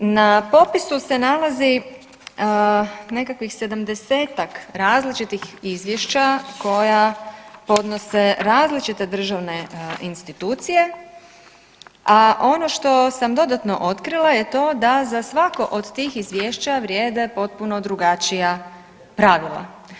Na popisu se nalazi nekakvih 70-tak različitih izvješća koja podnose različite državne institucije, a ono što sam dodatno otkrila je to da za svako od tih izvješća vrijede potpuno drugačija pravila.